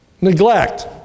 Neglect